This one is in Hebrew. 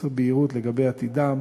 חוסר בהירות לגבי עתידם.